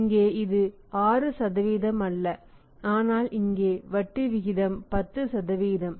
இங்கே இது 6 அல்ல ஆனால் இங்கே வட்டி விகிதம் 10